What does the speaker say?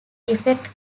effect